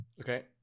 Okay